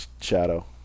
shadow